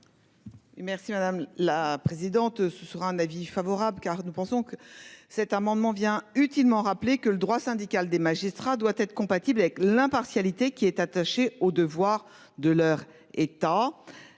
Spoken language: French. Merci madame la présidente. Ce sera un avis favorable car nous pensons que cet amendement vient utilement rappeler que le droit syndical des magistrats doit être compatible avec l'impartialité qui est attachée au devoir de leur état.